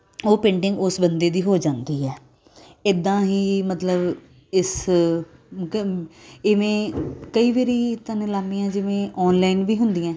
ਉਹ ਪੇਂਟਿੰਗ ਉਸ ਬੰਦੇ ਦੀ ਹੋ ਜਾਂਦੀ ਹੈ ਇੱਦਾਂ ਹੀ ਮਤਲਬ ਇਸ ਕ ਇਵੇਂ ਕਈ ਵਾਰੀ ਤਾਂ ਨਿਲਾਮੀਆਂ ਜਿਵੇਂ ਆਨਲਾਈਨ ਵੀ ਹੁੰਦੀਆਂ